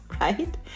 right